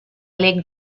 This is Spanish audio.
lake